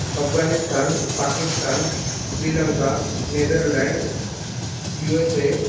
Afghanistan Pakistan Sri Lanka Netherlands USA